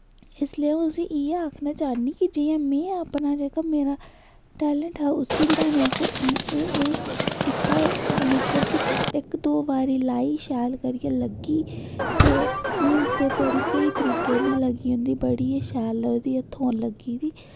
इसलेई अ'ऊं तुसें इयै आखना चाह्ंनी कि जियां में अपना जेह्का मेरा टैलंट हा उस्सी बढ़ाने आस्तै ते एह् एह् कीता मतलब कि इक दो बारी लाई शैल करियै लग्गी ते हून ते बड़ी स्हेई तरीके ने लग्गी जंदी बड़ी गै शैल लगदी हत्थोआं लग्गी दी